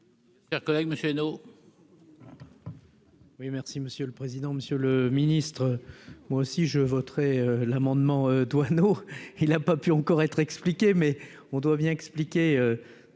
merci monsieur le président, Monsieur le Ministre, moi aussi, je voterai l'amendement il a pas pu encore être expliqué mais on doit bien expliqué